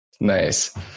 Nice